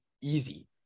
easy